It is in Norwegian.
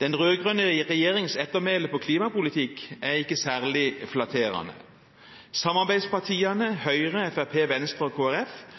Den rød-grønne regjeringens ettermæle innen klimapolitikk er ikke særlig flatterende. Samarbeidspartiene Høyre, Fremskrittspartiet, Venstre og